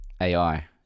AI